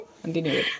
continue